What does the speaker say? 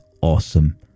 awesome